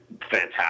fantastic